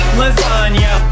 lasagna